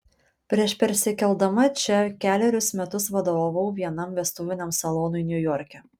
prieš persikeldama čia kelerius metus vadovavau vienam vestuviniam salonui niujorke